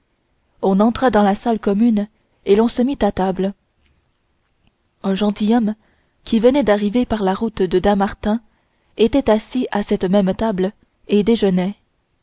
on entra dans la salle commune et l'on se mit à table un gentilhomme qui venait d'arriver par la route de dammartin était assis à cette même table et déjeunait